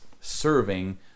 serving